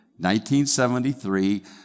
1973